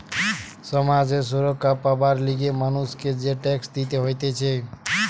সমাজ এ সুরক্ষা পাবার লিগে মানুষকে যে ট্যাক্স দিতে হতিছে